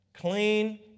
clean